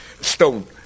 stone